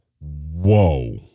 whoa